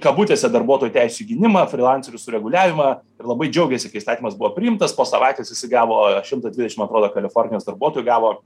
kabutėse darbuotojų teisių gynimą frylancerių sureguliavimą ir labai džiaugėsi kai įstatymas buvo priimtas po savaitės jisai gavo šimtą dvidešim man atrodo kalifornijos darbuotojų gavo